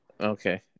okay